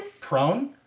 Prone